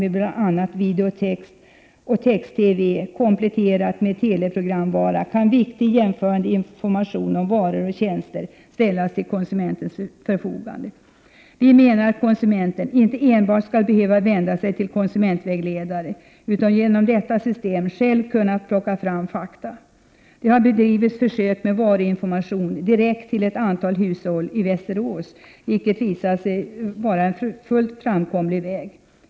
Med bl.a. videotex och text-TV, kompletterat med teleprogramvara, kan viktig jämförande information om varor och tjänster ställas till konsumentens förfogande. Vi menar att konsumenten inte enbart skall behöva vända sig till en konsumentvägledare utan genom detta system själv kunna plocka fram fakta. Det har bedrivits försök med varuinformation direkt till ett antal hushåll i Västerås, vilket visat sig vara en fullt framkomlig väg.